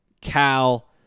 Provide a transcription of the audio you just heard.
Cal